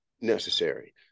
necessary